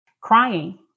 crying